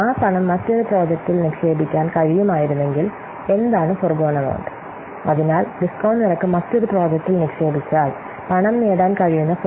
ആ പണം മറ്റൊരു പ്രോജക്റ്റിൽ നിക്ഷേപിക്കാൻ കഴിയുമായിരുന്നെങ്കിൽ എന്താണ് ഫോർഗോൺ അമൌന്റ്റ്